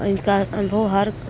इनका अनुभव हर